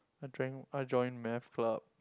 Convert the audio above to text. I join I joined math club